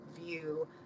view